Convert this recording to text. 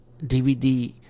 DVD